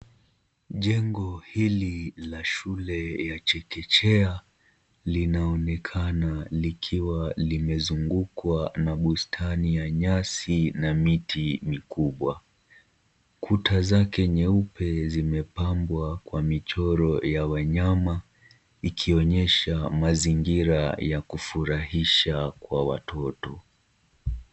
Jengo hili la shule ya chekechea, linaonekana likiwa limezungukwa na bustani ya nyasi na miti mikubwa. Kuta zake nyeupe zimepambwa kwa michoro ya wanyama, ikionyesha mazingira ya kufurahisha kwa watoto.